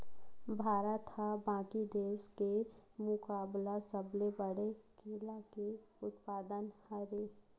भारत हा बाकि देस के मुकाबला सबले बड़े केला के उत्पादक हरे